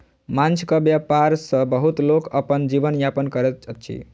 माँछक व्यापार सॅ बहुत लोक अपन जीवन यापन करैत अछि